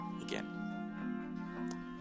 again